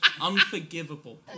Unforgivable